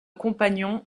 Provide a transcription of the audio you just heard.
compagnon